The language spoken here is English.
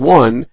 one